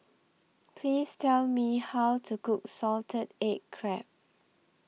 Please Tell Me How to Cook Salted Egg Crab